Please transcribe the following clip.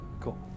Cool